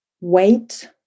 wait